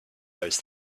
those